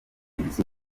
nzu